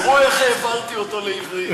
תראו איך העברתי אותו לעברית.